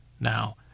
now